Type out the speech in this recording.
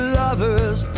lovers